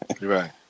Right